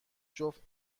جفت